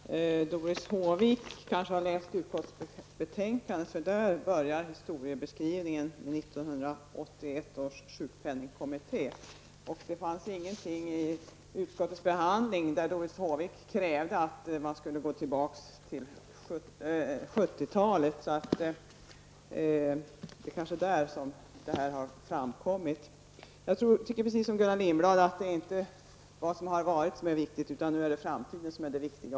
Herr talman! Doris Håvik kanske har läst utskottsbetänkandet. Där börjar historiebeskrivningen med 1981 års sjukpenningkommitté. Det fanns ingenting i utskottets behandling där Doris Håvik krävde att man skulle gå tillbaka till 1970-talet. Det är kanske där som detta har framkommit. Jag tycker precis som Gullan Lindblad att det inte är det som har varit som är viktigt utan att det är framtiden som är viktig.